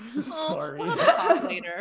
Sorry